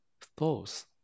thoughts